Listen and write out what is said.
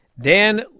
Dan